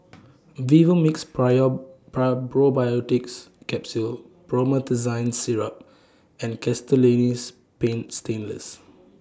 Vivomixx Probiotics Capsule Promethazine Syrup and Castellani's Paint Stainless